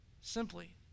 Simply